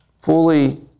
fully